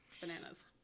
bananas